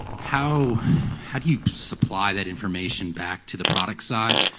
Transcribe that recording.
how how do you supply that information back to the product side,